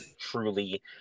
truly